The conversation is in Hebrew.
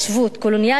קולוניאליות,